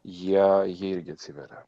jie jie irgi atsiveria